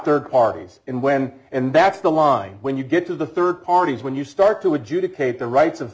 third parties and when and that's the line when you get to the third parties when you start to adjudicate the rights of